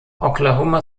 oklahoma